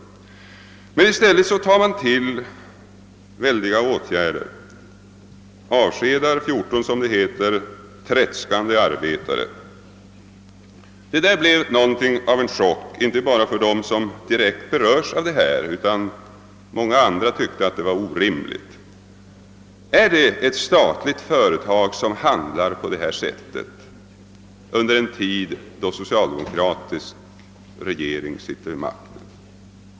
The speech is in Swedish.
Men i stället har man tagit till drastiska åtgärder och avskedat 14 som det heter tredskande arbetare. Det blev något av en chock, inte bara för dem som direkt berördes utan även för många andra, som tyckte att åtgärden var orimlig. Är det verkligen ett statligt företag som handlar på det sättet under en tid då en socialdemokratisk regering sitter vid makten?